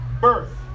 birth